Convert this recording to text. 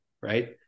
right